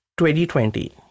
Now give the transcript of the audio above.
2020